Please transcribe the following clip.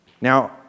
Now